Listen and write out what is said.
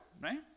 right